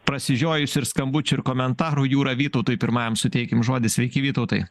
prasižiojus ir skambučių ir komentarų jūra vytautui pirmajam suteikim žodį sveiki vytautai